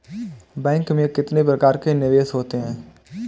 Bank में कितने प्रकार के निवेश होते हैं?